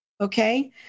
okay